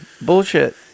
Bullshit